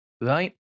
right